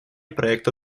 проекта